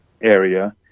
area